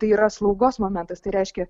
tai yra slaugos momentas tai reiškia